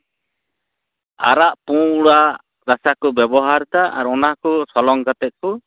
ᱟᱨᱟᱜ ᱯᱩᱸᱰᱟᱜ ᱨᱟᱥᱟ ᱠᱚ ᱵᱮᱵᱚᱦᱟᱨᱫᱟ ᱟᱨ ᱚᱱᱟ ᱠᱚ ᱥᱚᱞᱚᱝ ᱠᱟᱛᱮ ᱠᱚ